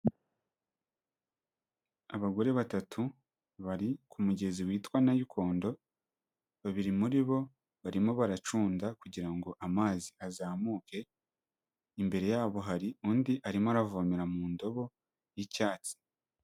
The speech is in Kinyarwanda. Abagore batatu bari ku mugezi witwa Nayikondo, babiri muri bo barimo baracunda kugira ngo amazi azamuke, imbere yabo hari undi arimo aravomera mu ndobo y'icyatsi.